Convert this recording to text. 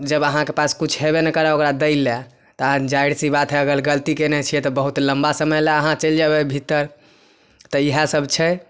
जब अहाँके पास किछ हेबे नहि करए ओकरा दै लए तहन जाहिर सी बात है अगर गलती केने छियै तऽ बहुत लम्बा समय लए अहाँ चैल जेबए भीतर तऽ ईहए सब छै